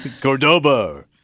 Cordoba